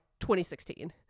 2016